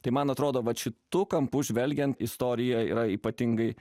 tai man atrodo vat šitų kampu žvelgiant istorija yra ypatingai